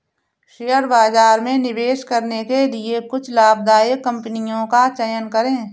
share बाजार में निवेश करने के लिए कुछ लाभदायक कंपनियों का चयन करें